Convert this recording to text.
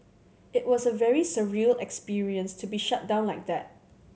it was a very surreal experience to be shut down like that